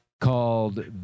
called